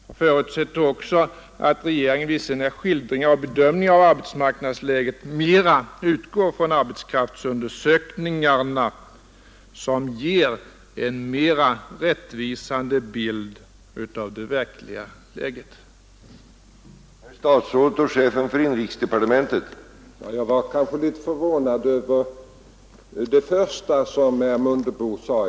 Jag förutsätter också att regeringen vid sina skildringar och bedömningar av arbetsmarknadsläget mera utgår från arbetskraftsundersökningarna, som ger en mer rättvisande bild av det verkliga läget.